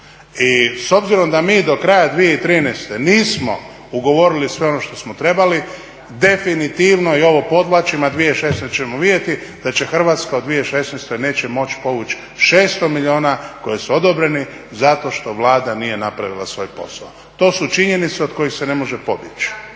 i s obzirom da mi do kraja 2013. nismo ugovorili sve ono što smo trebali definitivno i ovo podvlačim, a 2016. ćemo vidjeti da Hrvatska u 2016. neće moći povući 600 milijuna koji su odobreni zato što Vlada nije napravila svoj posao. To su činjenice od kojih se ne može pobjeći.